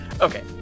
okay